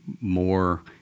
more